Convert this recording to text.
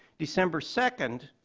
december second,